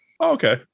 Okay